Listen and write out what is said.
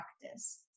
practice